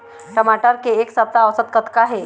टमाटर के एक सप्ता औसत कतका हे?